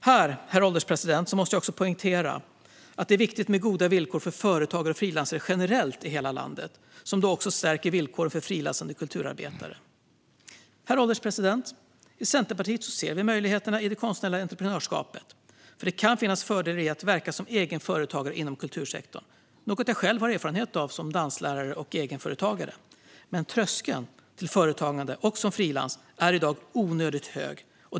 Här, herr ålderspresident, måste jag också poängtera att det är viktigt med goda villkor för företagare och frilansare generellt i hela landet; detta stärker villkoren även för frilansande kulturarbetare. Herr ålderspresident! I Centerpartiet ser vi möjligheterna i det konstnärliga entreprenörskapet. Det kan finnas fördelar i att verka som egen företagare inom kultursektorn, något jag själv har erfarenhet av som danslärare och egenföretagare. Men tröskeln till företagande och frilansande är i dag onödigt hög.